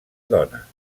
dones